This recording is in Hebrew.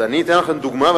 אז אני אתן לכם דוגמה,